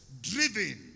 driven